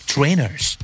Trainers